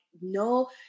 no